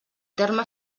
terme